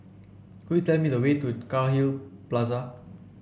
could you tell me the way to Cairnhill Plaza